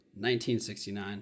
1969